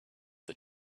the